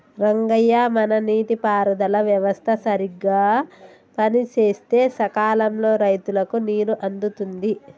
రంగయ్య మన నీటి పారుదల వ్యవస్థ సరిగ్గా పనిసేస్తే సకాలంలో రైతులకు నీరు అందుతుంది